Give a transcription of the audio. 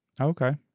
Okay